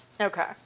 Okay